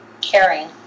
caring